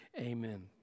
Amen